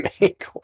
make